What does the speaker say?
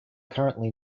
currently